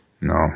No